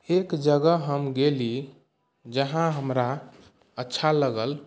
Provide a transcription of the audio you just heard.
एक जगह हम गेली जहाँ हमरा अच्छा लगल